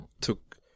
took